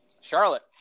Charlotte